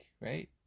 right